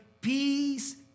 peace